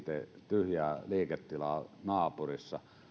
tyhjää liiketilaa naapurissa